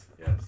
yes